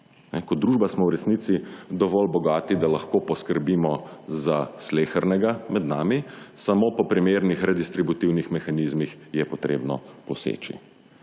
Kot družba smo v resnici dovolj bogati, da lahko poskrbimo za slehernega med nami, samo po primernih redistributivnih mehanizmih je potrebno poseči.